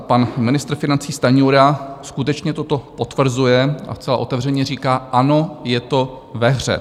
Pan ministr financí Stanjura skutečně toto potvrzuje a zcela otevřeně říká: Ano, je to ve hře.